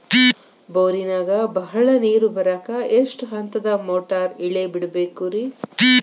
ಬೋರಿನಾಗ ಬಹಳ ನೇರು ಬರಾಕ ಎಷ್ಟು ಹಂತದ ಮೋಟಾರ್ ಇಳೆ ಬಿಡಬೇಕು ರಿ?